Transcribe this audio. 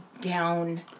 down